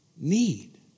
need